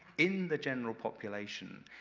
in the general population,